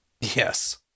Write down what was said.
Yes